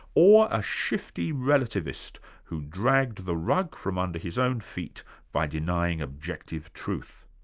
or a shifty relativist who dragged the rug from under his own feet by denying objective truth.